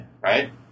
right